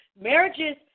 Marriages